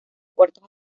puertos